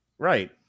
right